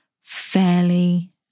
fairly